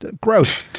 Gross